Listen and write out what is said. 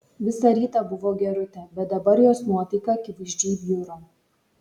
visą rytą buvo gerutė bet dabar jos nuotaika akivaizdžiai bjuro